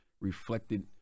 reflected